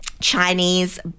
Chinese